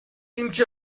اینکه